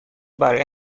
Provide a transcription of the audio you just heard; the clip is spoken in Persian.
برای